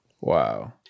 Wow